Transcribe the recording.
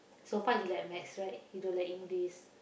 so far he like math right he don't like English